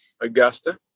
Augusta